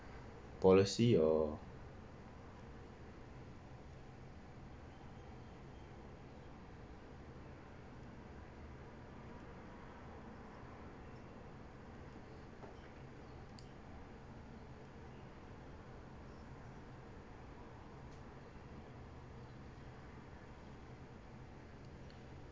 policy or